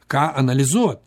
ką analizuot